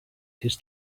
his